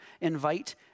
invite